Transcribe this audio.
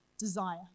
desire